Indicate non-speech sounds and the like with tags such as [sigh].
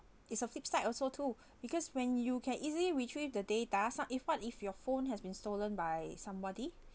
it's a flip side also too [breath] because when you can easily retrieve the data som~ if what if your phone has been stolen by somebody